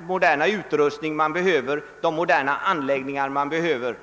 moderna utrustning och de moderna anläggningar man behöver.